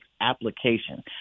application